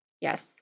Yes